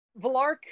Valark